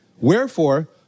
Wherefore